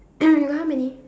you got how many